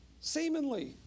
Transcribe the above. seemingly